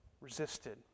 resisted